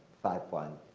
five point